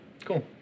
Cool